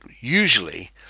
usually